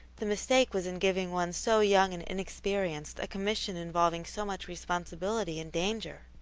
the mistake was in giving one so young and inexperienced a commission involving so much responsibility and danger.